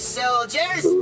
soldiers